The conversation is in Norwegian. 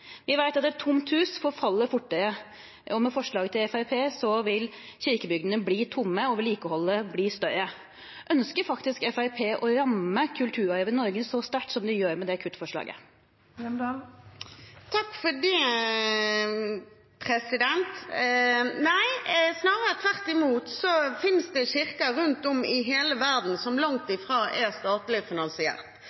Vi vet at et tomt hus forfaller fortere, og med forslaget til Fremskrittspartiet vil kirkebyggene bli tomme og vedlikeholdet bli større. Ønsker faktisk Fremskrittspartiet å ramme kulturarven i Norge så sterkt som de gjør med det kuttforslaget? Nei, snarere tvert imot. Det finnes kirker rundt om i hele verden som langt